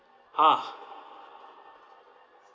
!huh!